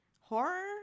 horror